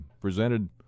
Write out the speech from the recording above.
presented